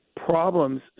problems